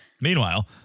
Meanwhile